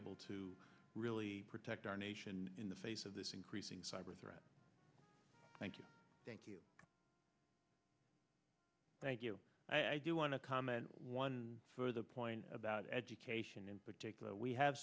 able to really protect our nation in the face of this increasing cyber threat thank you thank you thank you i do want to comment one further point about education in particular we have